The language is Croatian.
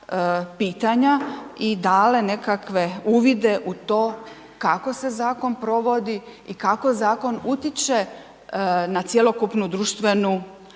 pitanja i dale nekakve uvide u to kako se zakon provodi i kako zakon utječe na cjelokupnu društvenu